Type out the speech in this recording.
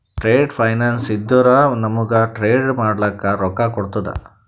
trade finance ಇದ್ದುರ ನಮೂಗ್ trade ಮಾಡ್ಲಕ ರೊಕ್ಕಾ ಕೋಡ್ತುದ